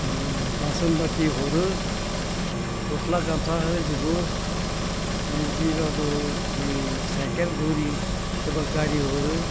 बासन बाथि हरो गस्ला गामसा होजोबो सिबाबो जि साइकेल घरि सोरबा गारि हरो